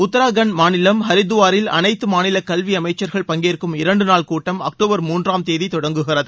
உத்தரகாண்ட் மாநிலம் ஹரித்துவாரில் அனைத்து மாநில கல்வியமைச்சர்கள் பங்கேற்கும் இரண்டு நாள் கூட்டம் அக்டோபர் மூன்றாம் தேதி தொடங்குகிறது